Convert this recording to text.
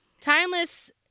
Timeless